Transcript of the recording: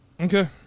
Okay